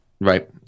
Right